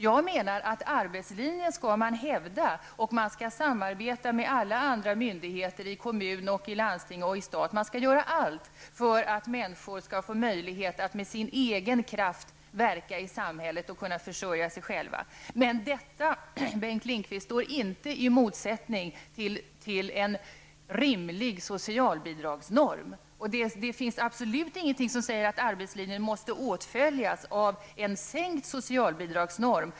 Jag menar att man skall hävda arbetslinjen och att man skall samarbeta med alla andra mydigheter i kommun, landsting och stat. Man skall göra allt för att ge människor möjlighet att med egen kraft verka i samhället och kunna försörja sig själva. Detta, Bengt Lindqvist, står inte i motsättning till en rimlig socialbidragsnorm. Det finns absolut ingenting som säger att arbetslinjen måste åtföljas av en sänkt socialbidragsnorm.